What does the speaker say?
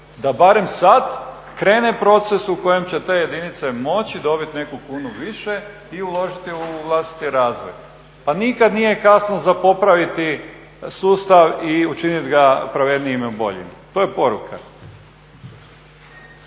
da barem sada krene proces u kojem će te jedinice moći dobiti neku kunu više i uložiti u vlastiti razvoj. Pa nikad nije kasno za popraviti sustav i učiniti ga pravednijim i boljim, to je poruka.